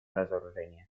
разоружения